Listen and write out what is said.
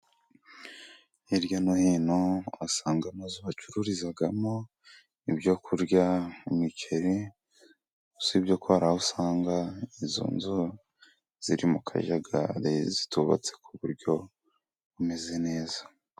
Hirya no hino uhasanga amazu bacururizamo ibyo kurya, nk'imiceri usibye ko hari aho usanga izo nzu ziri mu kajagari, zitubatse ku buryo bumeze neza.